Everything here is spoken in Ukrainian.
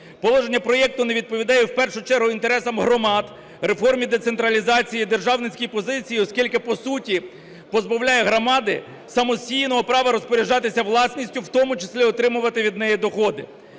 Положення проекту не відповідає в першу чергу інтересам громад, реформі децентралізації і державницькій позиції, оскільки по суті позбавляє громади самостійного права розпоряджатися власністю, в тому числі отримувати від неї доходи.